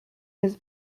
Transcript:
his